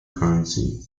currency